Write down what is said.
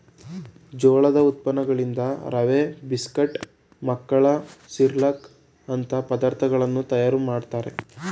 ಜೋಳದ ಉತ್ಪನ್ನಗಳಿಂದ ರವೆ, ಬಿಸ್ಕೆಟ್, ಮಕ್ಕಳ ಸಿರ್ಲಕ್ ಅಂತ ಪದಾರ್ಥಗಳನ್ನು ತಯಾರು ಮಾಡ್ತರೆ